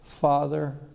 Father